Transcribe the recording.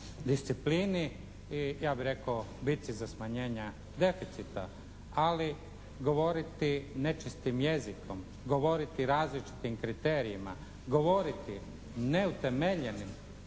disciplini i, ja bi rekao, bitci za smanjenja deficita ali govoriti nečistim jezikom, govoriti različitim kriterijima, govoriti neutemeljenim